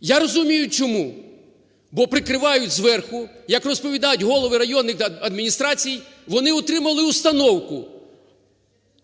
Я розумію, чому. Бо прикривають зверху, як розповідають голови районних адміністрацій, вони отримали установку